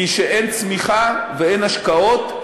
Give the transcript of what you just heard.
כי כשאין צמיחה ואין השקעות,